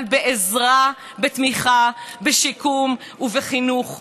אבל בעזרה, בתמיכה, בשיקום ובחינוך.